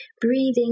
Breathing